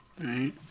Right